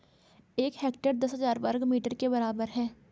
एक हेक्टेयर दस हजार वर्ग मीटर के बराबर है